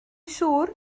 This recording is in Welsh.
siŵr